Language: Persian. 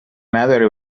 نداری